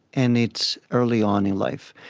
and it's early on in life.